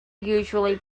usually